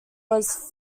was